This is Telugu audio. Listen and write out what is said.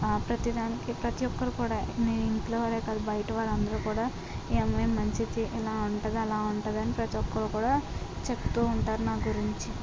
ప్రతీ దానికి ప్రతీ ఒక్కరు కూడా నేను ఇంట్లోనే కాదు బయట వాళ్ళు అందరూ కూడా ఈ అమ్మాయి మంచిది ఇలా ఉంటుంది అలా ఉంటుందని ప్రతీ ఒక్కరు కూడా చెబుతూ ఉంటారు నా గురించి